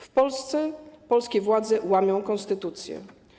W Polsce polskie władze łamią konstytucję.